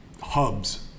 hubs